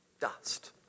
Dust